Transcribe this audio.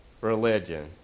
religion